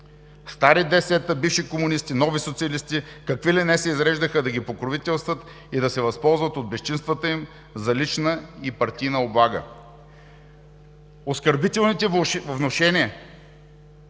Стари ДС-та, бивши комунисти, нови социалисти, какви ли не се изреждаха да ги покровителстват и да се възползват от безчинствата им за лична и партийна облага. Оскърбителните внушения,